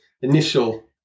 initial